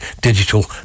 digital